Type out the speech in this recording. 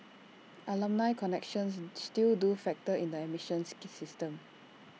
alumni connections still do factor in the admission system